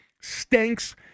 stinks